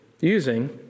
using